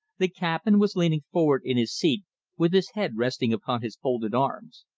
the cabman was leaning forward in his seat with his head resting upon his folded arms.